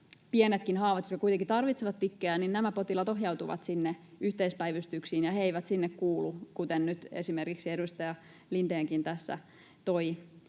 pienetkin haavat jo kuitenkin tarvitsevat tikkejä — ohjautuvat sinne yhteispäivystyksiin, ja he eivät sinne kuulu, kuten nyt esimerkiksi edustaja Lindénkin tässä toi